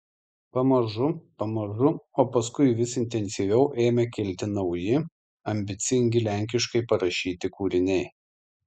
pamažu pamažu o paskui vis intensyviau ėmė kilti nauji ambicingi lenkiškai parašyti kūriniai